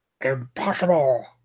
impossible